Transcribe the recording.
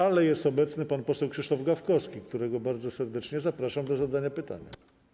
Ale jest obecny pan poseł Krzysztof Gawkowski, którego bardzo serdecznie zapraszam do zadania pytania.